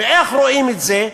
ואיך רואים את זה?